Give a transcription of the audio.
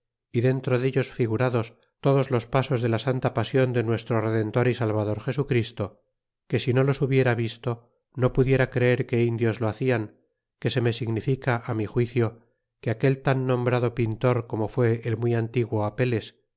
y dentro dellos figurados todos los pasos de la santa pasion de nuestro redentor y salvador jesuchristo que si no los hubiera visto no pudiera creer que indios lo hacian que se me significa mi juicio que aquel tan nombrado pintor como fué el muy antiguo apeles